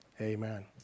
Amen